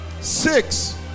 six